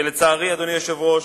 שלצערי, אדוני היושב-ראש,